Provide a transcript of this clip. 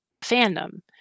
fandom